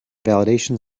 validation